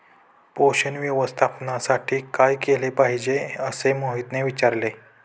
पोषण व्यवस्थापनासाठी काय केले पाहिजे असे मोहितने विचारले?